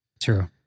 True